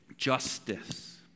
justice